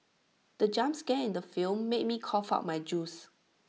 the jump scare in the film made me cough out my juice